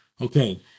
okay